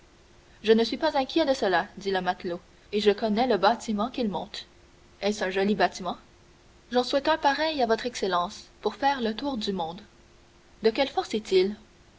je ne suis pas inquiet de cela dit le matelot et je connais le bâtiment qu'ils montent est-ce un joli bâtiment j'en souhaite un pareil à votre excellence pour faire le tour du monde de quelle force